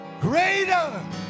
greater